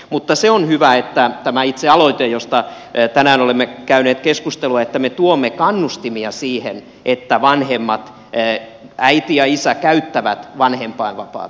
mutta se on hyvä tämä itse aloite josta tänään olemme käyneet keskustelua että me tuomme kannustimia siihen että vanhemmat äiti ja isä käyttävät vanhempainvapaata